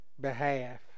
behalf